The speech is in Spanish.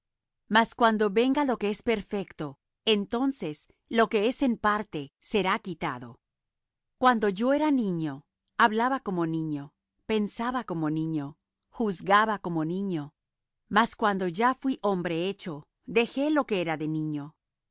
mas cuando venga lo que es perfecto entonces lo que es en parte será quitado cuando yo era niño hablaba como niño pensaba como niño juzgaba como niño mas cuando ya fuí hombre hecho dejé lo que era de niño